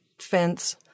fence